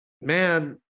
Man